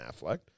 Affleck